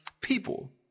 people